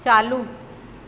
चालू